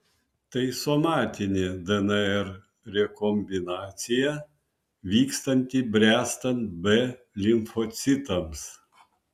tai somatinė dnr rekombinacija vykstanti bręstant b limfocitams